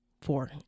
Four